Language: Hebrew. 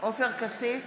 עופר כסיף,